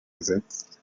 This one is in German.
ersetzt